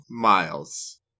Miles